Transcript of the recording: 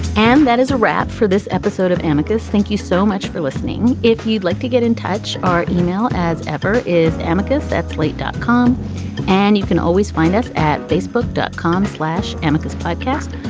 and that is a wrap for this episode of amicus. thank you so much for listening. if you'd like to get in touch, our e-mail, as ever, is amicus at slate dot com and you can always find us at facebook dot com slash amicus podcast.